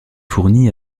fourni